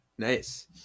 nice